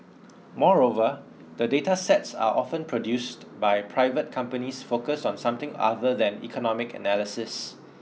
moreover the data sets are often produced by private companies focused on something other than economic analysis